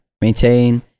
maintain